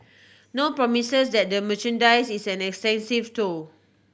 no promises that the merchandise is an extensive though